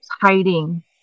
hiding